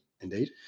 Indeed